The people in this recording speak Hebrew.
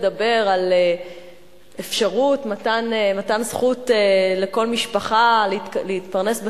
לדבר על אפשרות מתן זכות לכל משפחה להתפרנס בכבוד,